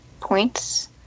points